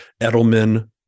Edelman